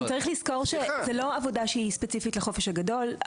צריך לזכור שזאת לא עבודה שהיא ספציפית לחופש הגדול.